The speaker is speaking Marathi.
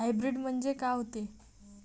हाइब्रीड म्हनजे का होते?